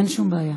אין שום בעיה.